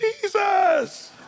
Jesus